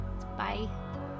Bye